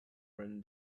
run